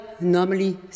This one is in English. normally